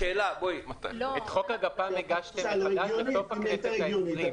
השאלה -- את חוק הגפ"מ הגשתם לבג"ץ בסוף הכנסת ה-20.